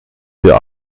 für